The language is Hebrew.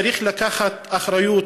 צריך לקחת אחריות,